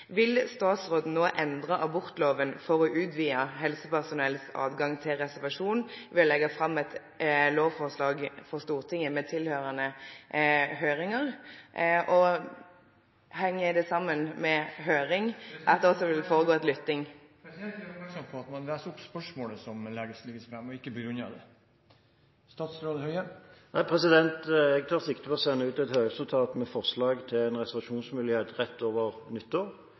Vil statsråden nå endre abortloven for å utvide helsepersonells adgang til reservasjon ved å legge fram et lovforslag for Stortinget med tilhørende høringer? Og henger det sammen med høring at det også vil foregå … Presidenten gjør oppmerksom på man kun leser opp spørsmålet som er lagt fram, og ikke begrunner det. Jeg tar sikte på å sende ut et høringsnotat med forslag til reservasjonsmulighet rett over nyttår.